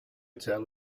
hotel